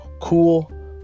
Cool